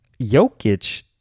Jokic